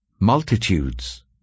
Multitudes